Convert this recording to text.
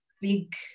big